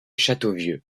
châteauvieux